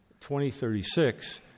2036